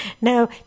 No